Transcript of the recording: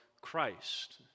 Christ